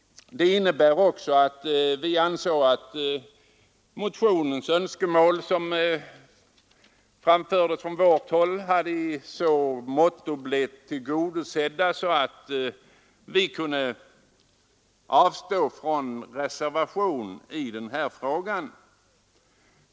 Vi ansåg att vår motions önskemål blivit så tillgodosedda att vi kunde avstå från en reservation.